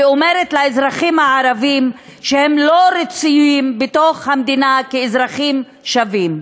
ואומרת לאזרחים הערבים שהם לא רצויים בתוך המדינה כאזרחים שווים.